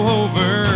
over